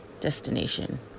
destination